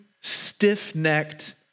stiff-necked